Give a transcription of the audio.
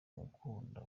ukunda